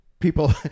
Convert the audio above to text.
people